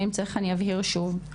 ואם צריך אני אבהיר שוב.